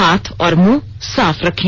हाथ और मुंह साफ रखें